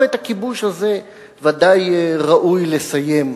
ואת הכיבוש הזה בוודאי ראוי לסיים.